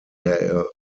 der